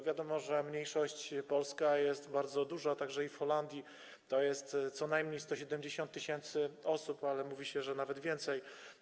Wiadomo, że mniejszość polska jest bardzo duża także w Holandii, to jest co najmniej 170 tys. osób, ale mówi się, że nawet więcej.